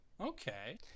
Okay